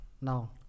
now